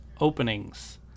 openings